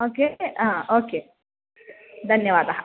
okay हा okay धन्यवादः